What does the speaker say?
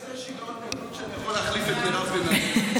אין לי כזה שיגעון גדלות שאני יכול להחליף את מירב בן ארי.